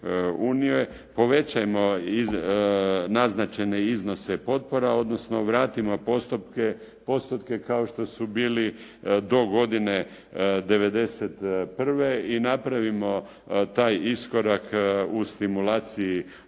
unije, povećajmo naznačene iznose potpora, odnosno vratimo postotke kao što su bili do godine 91. i napravimo taj iskorak u stimulaciji